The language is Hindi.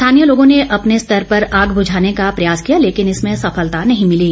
स्थानीय लोगों ने अपने स्तर पर आग बुझाने का प्रयास किया लेकिन इसमें सफलता नहीं मिली